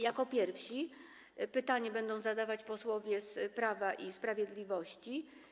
Jako pierwsi pytanie będą zadawać posłowie z Prawa i Sprawiedliwości.